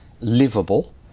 livable